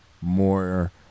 more